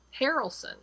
Harrelson